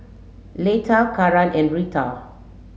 Leta Karan and Rita